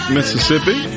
Mississippi